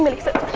but accept